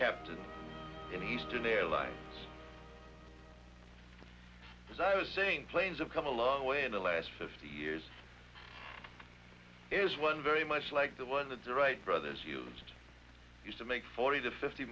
captain in eastern airlines as i was saying planes have come a long way in the last fifty years is one very much like the one that the wright brothers used to make forty to fifty